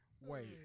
Wait